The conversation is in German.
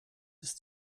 ist